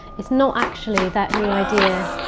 it's not actually that new idea.